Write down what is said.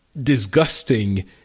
disgusting